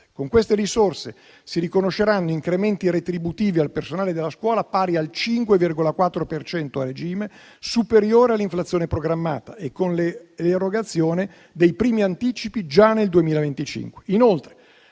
Con queste risorse si riconosceranno incrementi retributivi al personale della scuola pari al 5,4 per cento a regime superiore all'inflazione programmata e con le erogazioni dei primi anticipi già nel 2025.